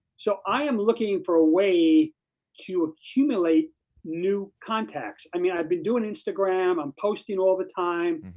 so i am looking for a way to accumulate new contacts. i mean i've been doing instagram, i'm posting all the time,